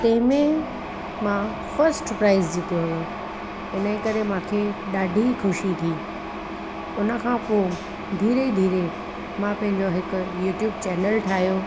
तेमे मां first prize जितियो हुओ इनजे करे मूंखे ॾाढी ख़ुशी थी उन खां पोइ धीरे धीरे मां पंहिंजो हिकु यूट्यूब चैनल ठाहियो